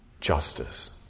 justice